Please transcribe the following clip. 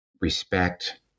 respect